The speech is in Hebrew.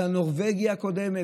על הנורבגי הקודם,